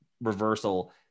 reversal